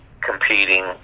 competing